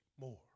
more